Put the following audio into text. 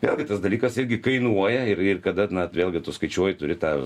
vėlgi tas dalykas irgi kainuoja ir ir kada na vėlgi tu skaičiuoji turi tą